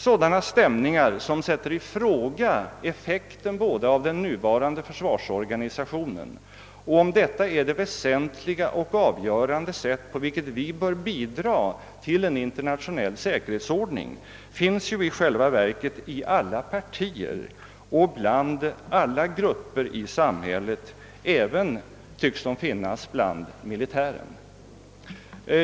Sådana stämningar som sätter i fråga effekten både av den nuvarande försvarsorganisationen och om detta är det väsentliga och avgörande sätt, på vilket vi bör bidra till en internationell säkerhetsordning, finns i själva verket i alla partier och bland alla grupper i samhället. De tycks även finnas bland militärerna.